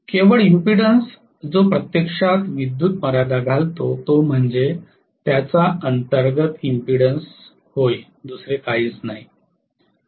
केवळ इम्पीडन्स जो प्रत्यक्षात विद्युत् मर्यादा घालतो तो म्हणजे त्याचा अंतर्गत इम्पीडन्स दुसरे काहीच नाही